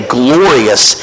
glorious